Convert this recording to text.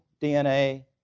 DNA